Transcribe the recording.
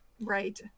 right